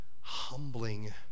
humbling